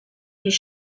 his